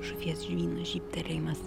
žuvies žvyno žybtelėjimas